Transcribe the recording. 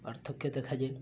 ପାର୍ଥକ୍ୟ ଦେଖାଯାଏ